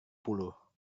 puluh